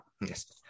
Yes